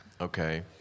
Okay